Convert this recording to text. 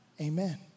Amen